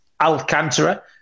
Alcantara